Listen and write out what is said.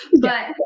But-